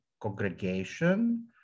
congregation